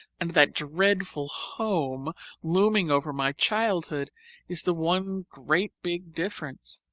and that dreadful home looming over my childhood is the one great big difference.